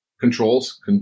controls